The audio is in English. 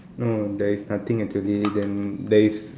no there is nothing actually then there is